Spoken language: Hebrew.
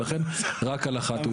ולכן רק על אחת הוא יקבל.